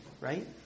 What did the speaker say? right